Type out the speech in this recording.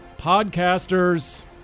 Podcasters